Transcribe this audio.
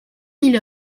mille